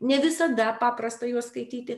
ne visada paprasta juos skaityti